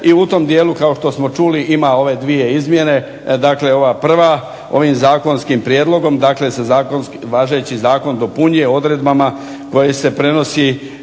i u tom dijelu kao što smo čuli ima ove dvije izmjene. Dakle, ova prva. Ovim zakonskim prijedlogom, dakle važeći zakon dopunjuje odredbama koje se prenosi